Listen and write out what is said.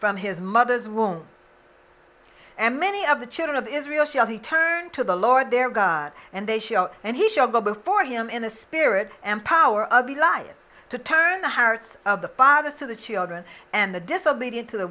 from his mother's womb and many of the children of israel she has he turned to the lord their god and they show and he shall go before him in the spirit and power of the lives to turn the hearts of the fathers to the children and the disobedient to the